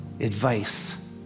advice